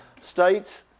states